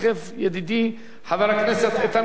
ידידי חבר הכנסת איתן כבל.